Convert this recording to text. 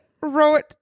wrote